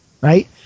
right